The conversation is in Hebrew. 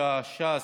שהגישה ש"ס,